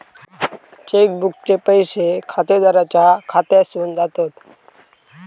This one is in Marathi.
चेक बुकचे पैशे खातेदाराच्या खात्यासून जातत